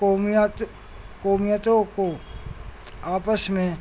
قومیت قوموں کو آپس میں